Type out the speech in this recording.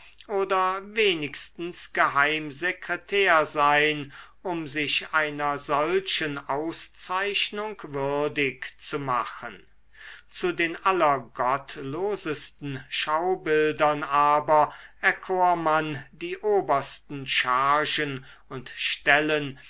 oder wenigstens geheimsekretär sein um sich einer solchen auszeichnung würdig zu machen zu den allergottlosesten schaubildern aber erkor man die obersten chargen und stellen